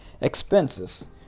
expenses